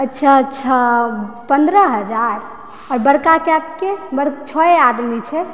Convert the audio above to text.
अच्छा अच्छा पन्द्रह हजार आओर बड़का कैबके छओए आदमी छै